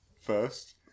first